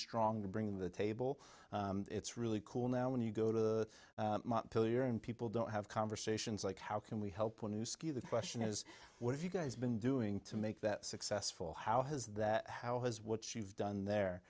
strong to bring the table it's really cool now when you go to the hill you're in people don't have conversations like how can we help when you ski the question is what if you guys been doing to make that successful how has that how has what you've done there